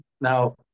Now